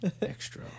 extra